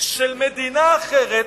של מדינה אחרת,